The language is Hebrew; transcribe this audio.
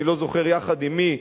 אני לא זוכר יחד עם מי,